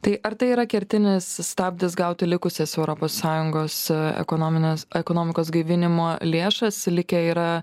tai ar tai yra kertinis stabdis gauti likusias europos sąjungos ekonominės ekonomikos gaivinimo lėšas likę yra